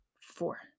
four